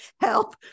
help